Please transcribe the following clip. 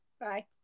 Bye